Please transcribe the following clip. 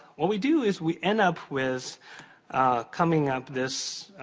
what we do, is we end up with coming up this